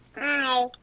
Hi